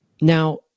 Now